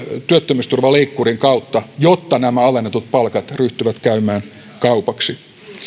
työttömyysturvaleikkurin kautta jotta nämä alennetut palkat ryhtyvät käymään kaupaksi